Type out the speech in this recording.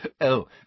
Oh